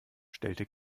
stellte